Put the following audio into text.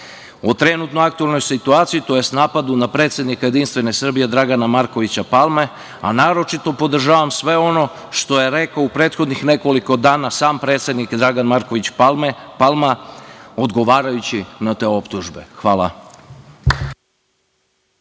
o trenutno aktuelnoj situaciji tj. napadu na predsednika JS Dragana Markovića Palme, a naročito podržavam sve ono što je rekao u prethodnih nekoliko dana sam predsednik Dragan Marković Palma odgovarajući na te optužbe. Hvala.